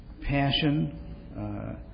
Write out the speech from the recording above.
passion